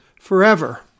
forever